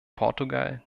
portugal